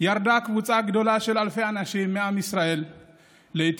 ירדה קבוצה גדולה של אלפי אנשים מעם ישראל לאתיופיה,